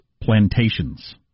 plantations